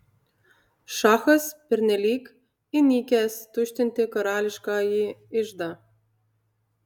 šachas pernelyg įnikęs tuštinti karališkąjį iždą